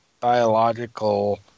biological